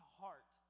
heart